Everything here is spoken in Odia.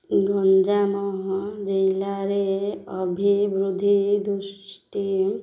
ଗଞ୍ଜାମ ଜିଲ୍ଲାରେ ଅଭିବୃଦ୍ଧି ଦୃଷ୍ଟି